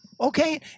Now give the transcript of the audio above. Okay